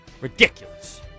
Ridiculous